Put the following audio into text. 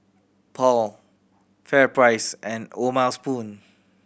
Paul FairPrice and O'ma Spoon